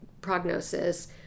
prognosis